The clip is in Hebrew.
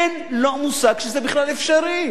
אין לו מושג שזה בכלל אפשרי.